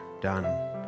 done